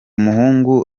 muhungu